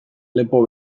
lepo